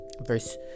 Verse